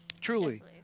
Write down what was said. Truly